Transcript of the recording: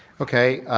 okay,